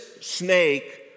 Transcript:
snake